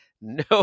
no